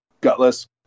gutless